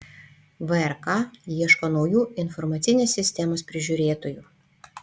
vrk ieško naujų informacinės sistemos prižiūrėtojų